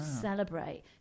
celebrate